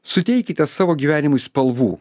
suteikite savo gyvenimui spalvų